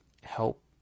help